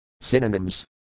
Synonyms